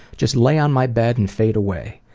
just lay on my bed and fade away.